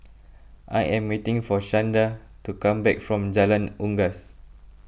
I am waiting for Shanda to come back from Jalan Unggas